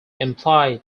imply